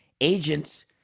Agents